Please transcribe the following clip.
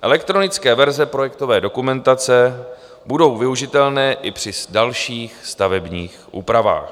Elektronické verze projektové dokumentace budou využitelné i při dalších stavebních úpravách.